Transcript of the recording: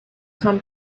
come